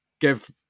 give